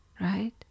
right